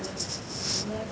it's